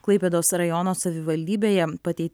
klaipėdos rajono savivaldybėje patei